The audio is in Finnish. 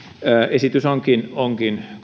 esitys onkin onkin